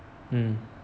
um